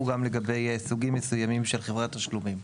גם לגבי סוגים מסוימים של חברות תשלומים.